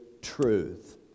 truth